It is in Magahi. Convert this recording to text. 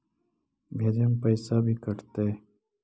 भेजे में पैसा भी कटतै?